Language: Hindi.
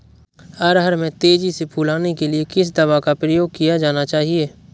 अरहर में तेजी से फूल आने के लिए किस दवा का प्रयोग किया जाना चाहिए?